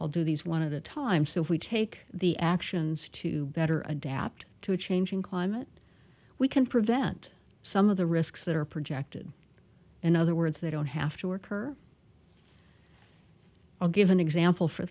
i'll do these one at a time so if we take the actions to better adapt to a changing climate we can prevent some of the risks that are projected in other words they don't have to occur i'll give an example for